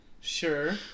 Sure